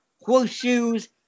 horseshoes